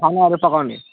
खानाहरू पकाउने